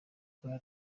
ubwami